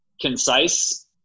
concise